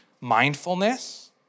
Mindfulness